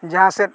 ᱡᱟᱦᱟᱸ ᱥᱮᱫ